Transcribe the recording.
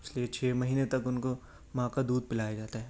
اس لیے چھ مہینے تک ان کو ماں کا دودھ پلایا جاتا ہے